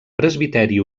presbiteri